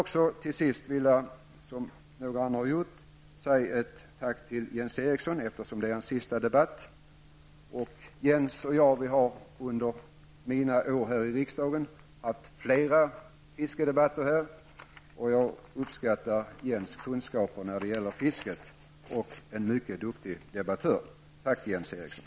Jag skulle till sist vilja, som några andra har gjort, säga ett tack till Jens Eriksson, eftersom detta är Jens Erikssons sista fiskedebatt. Jens Eriksson och jag har under mina år här i riksdagen haft flera fiskedebatter. Jag uppskattar Jens Erikssons kunskaper i fisket. Han är en mycket duktig debattör. Tack, Jens Eriksson!